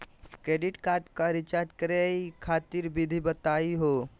Credit card क recharge करै खातिर विधि बताहु हो?